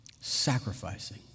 sacrificing